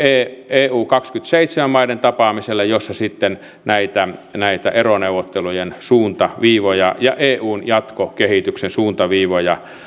eu kaksikymmentäseitsemän maiden tapaamiselle jossa sitten näitä näitä eroneuvottelujen suuntaviivoja ja eun jatkokehityksen suuntaviivoja